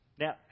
Now